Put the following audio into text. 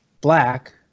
Black